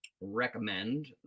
recommend